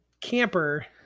camper